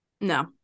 No